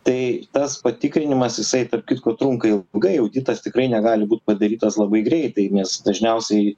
tai tas patikrinimas jisai tarp kitko trunka ilgai auditas tikrai negali būt padarytas labai greitai nes dažniausiai